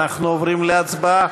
אנחנו עוברים להצבעה.